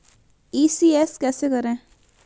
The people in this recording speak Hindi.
ई.सी.एस कैसे करें?